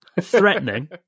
threatening